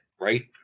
Right